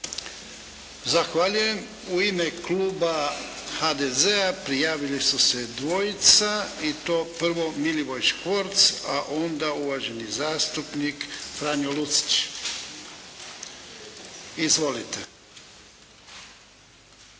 Zahvaljujem. U ime kluba HDZ-a prijavili su se dvojica i to prvo Milivoj Škvorc, a onda uvaženi zastupnik Franjo Lucić. Izvolite.